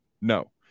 no